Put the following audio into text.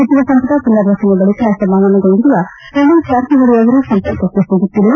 ಸಚಿವ ಸಂಪುಟ ಪುನರ್ ರಚನೆ ಬಳಿಕ ಅಸಮಾಧಾನಗೊಂಡಿರುವ ರಮೇಶ್ ಜಾರಕಿಹೊಳಿ ಅವರು ಸಂಪರ್ಕಕ್ಕೆ ಸಿಗುತ್ತಿಲ್ಲ